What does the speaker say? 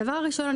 דבר ראשון,